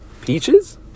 Peaches